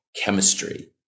chemistry